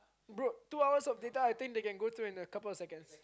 bro two hours of data I think they can go through in a couple of seconds